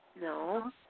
no